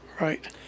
Right